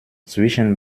zwischen